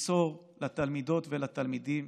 ליצור לתלמידות ולתלמידים